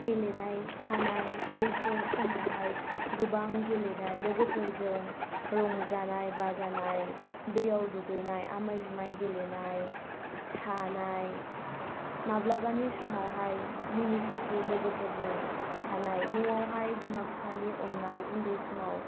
गेलेनाय थानाय बैफोर समावहाय गोबां गेलेनाय लोगोफोरजों रंजानाय बाजानाय दैयाव दुगैनाय आमाय जुमाय गेलेनाय थानाय माब्लाबानि समावहाय मिनिखुसियै लोगोफोरजों थानाय न'आवहाय बिमा बिफानि अननाय उन्दै समाव